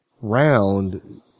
round